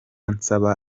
nsaba